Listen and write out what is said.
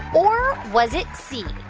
or was it c,